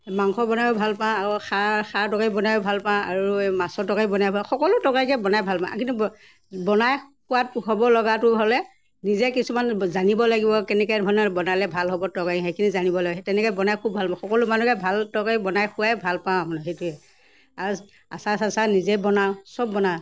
মাংস বনায়ো ভাল পাওঁ আৰু খাৰ খাৰ তৰকাৰী বনায়ো ভাল পাওঁ আৰু এই মাছৰ তৰকাৰী বনাই পাওঁ সকলো তৰকাৰীকে বনাই ভাল পাওঁ কিন্তু বনাই সোৱাদ হ'ব লগাটো হ'লে নিজে কিছুমান জানিব লাগিব কেনেকৈ ধৰণে বনালে ভাল হ'ব তৰকাৰী সেইখিনি জানিব লাগে তেনেকৈ বনাই খুব ভাল পাওঁ সকলো মানুহকে ভাল তৰকাৰী বনাই খোৱাই ভাল পাওঁ মানে সেইটোৱে আৰু আচাৰ চাচাৰ নিজে বনাওঁ চব বনাওঁ